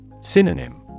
Synonym